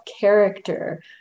character